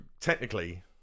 technically